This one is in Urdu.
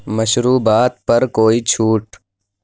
مشروبات پر کوئی چھوٹ